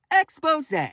Expose